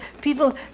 people